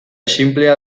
xinplea